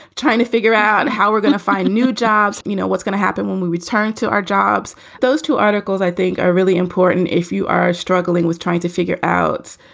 trying to figure out how we're going to find new jobs. you know what's going to happen when we return to our jobs. those two articles, i think are really important. if you are struggling with trying to figure out,